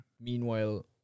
meanwhile